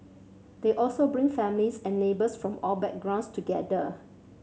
they also bring families and neighbours from all backgrounds together